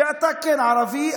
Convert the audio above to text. אתה כן ערבי,